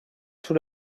tout